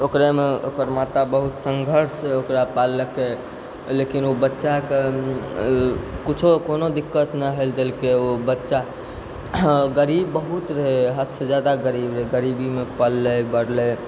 ओकरेमे ओकर माता बहुत सङ्घर्षसँ ओकरा पाललकै लेकिन उ बच्चा के कुछो कोनो दिक्कत नहि होइ लए देलकै उ बच्चा गरीब बहुत रहै हदसँ जादा गरीब रहै गरीबीमे पललै बढ़लै